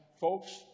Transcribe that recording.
Folks